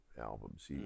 albums